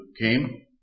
came